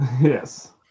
Yes